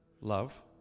love